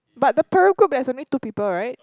but the Peru group there's only two people right